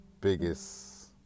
biggest